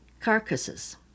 carcasses